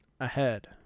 ahead